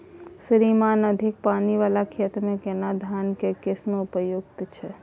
श्रीमान अधिक पानी वाला खेत में केना धान के किस्म उपयुक्त छैय?